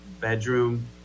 bedroom